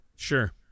Sure